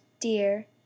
dear